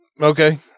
Okay